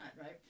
right